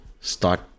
start